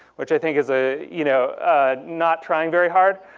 which i think is ah you know not trying very hard,